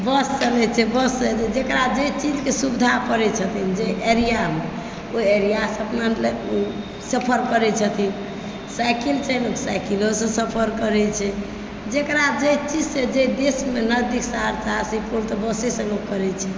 बस चलै छै बससँ जकरा जे चीजके सुविधा पड़ै छथिन जाहि एरियामे ओहि एरियासँ अपन सफर करै छथिन साइकिलसँ तऽ साइकिलोसँ सफर करै छै जकरा जे चीजसँ जे देशमे नजदीक सहरसा सुपौल तऽ बसेसँ लोक करै छै